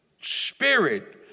spirit